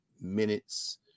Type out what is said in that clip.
minutes